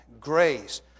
grace